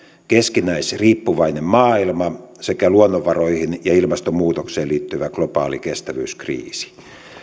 keskinäisriippuvainen maailma sekä luonnonvaroihin ja ilmastonmuutokseen liittyvä globaali kestävyyskriisi